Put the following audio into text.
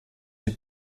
have